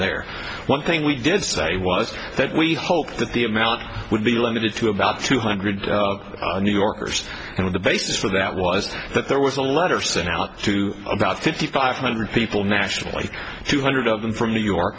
there one thing we did say was that we hoped that the amount would be limited to about two hundred new yorkers and the basis for that was that there was a letter sent out to about fifty five hundred people nationally two hundred of them from new york